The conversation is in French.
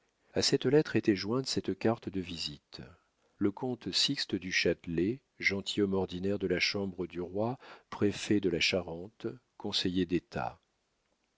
a cette lettre était jointe cette carte de visite le comte sixte du chatelet gentilhomme ordinaire de la chambre du roi préfet de la charente conseiller d'etat